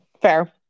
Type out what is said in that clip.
fair